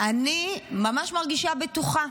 אני ממש מרגישה בטוחה.